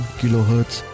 kilohertz